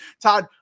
Todd